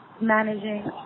managing